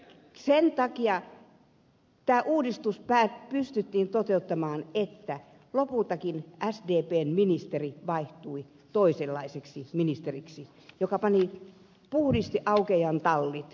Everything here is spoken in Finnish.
sen takia tämä uudistus pystyttiin toteuttamaan että lopultakin sdpn ministeri vaihtui toisen puolueen ministeriksi joka puhdisti augeiaan tallit